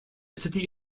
city